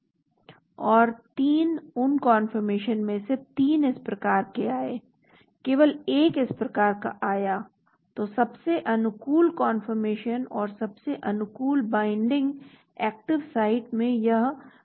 और 3 उन कान्फर्मेशनओं में से 3 इस प्रकार के आए केवल एक इस प्रकार का आया तो सबसे अनुकूल कान्फर्मेशन और सबसे अनुकूल बाइंडिंग एक्टिव साइट में यह 542 है